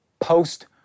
post